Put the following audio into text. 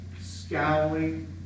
scowling